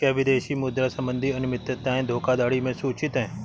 क्या विदेशी मुद्रा संबंधी अनियमितताएं धोखाधड़ी में सूचित हैं?